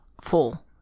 full